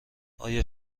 آیا